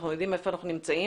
אנחנו יודעים היכן אנחנו נמצאים.